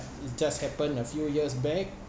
it just happened a few years back